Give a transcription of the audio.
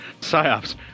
psyops